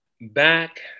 Back